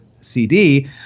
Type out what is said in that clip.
CD